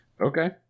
Okay